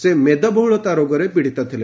ସେ ମେଦବହୁଳତା ରୋଗରେ ପୀଡିତ ଥିଲେ